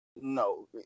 No